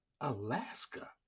Alaska